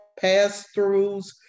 pass-throughs